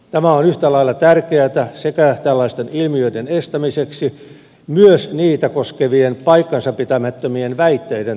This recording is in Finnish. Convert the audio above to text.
tämä on yhtä lailla tärkeätä sekä tällaisten ilmiöiden estämiseksi että myös niitä koskevien paikkansapitämättömien väitteiden torjumiseksi